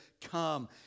come